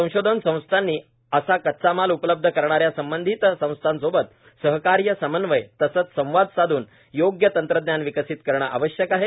संशोधन संस्थांनी असा कच्चा माल उपलब्ध करणाऱ्या संबंधित संस्थांसोबत सहकार्य समन्वय तसेच संवाद साधून योग्य तंत्रज्ञान विकसित करणे आवश्यक आहे